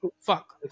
fuck